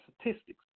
statistics